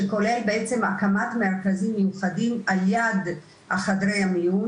שכולל בעצם הקמת מרכזים מיוחדים על יד חדרי המיון,